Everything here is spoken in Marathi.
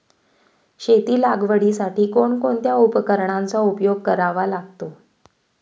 शेती लागवडीसाठी कोणकोणत्या उपकरणांचा उपयोग करावा लागतो?